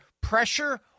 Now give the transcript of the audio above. pressure